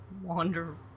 wander